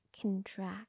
contract